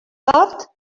sort